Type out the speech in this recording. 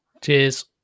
Cheers